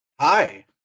Hi